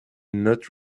not